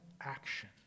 action